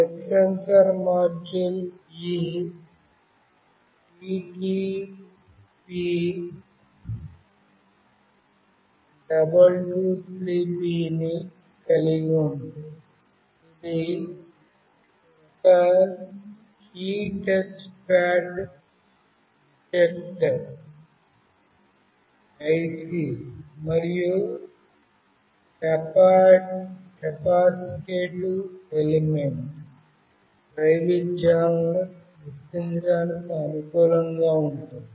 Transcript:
touch sensor module ఈ TTP223B ని కలిగి ఉంది ఇది 1 కీ టచ్ ప్యాడ్ డిటెక్టర్ IC మరియు కెపాసిటివ్ ఎలిమెంట్ వైవిధ్యాలను గుర్తించడానికి అనుకూలంగా ఉంటుంది